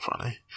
funny